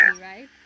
right